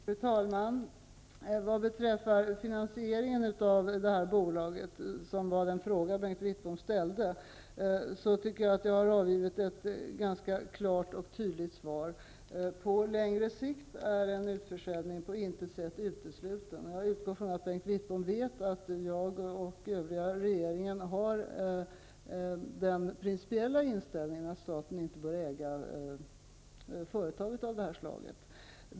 Fru talman! Vad beträffar finansieringen av det här bolaget, vilket var den fråga som Bengt Wittbom ställde, tycker jag att jag har avgivit ett ganska klart och tydligt svar. På längre sikt är en utförsäljning på intet sätt utesluten. Jag utgår från att Bengt Wittbom vet att jag och den övriga regeringen har den principiella inställningen att staten inte bör äga företag av det här slaget.